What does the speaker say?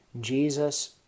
Jesus